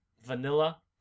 vanilla